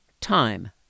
time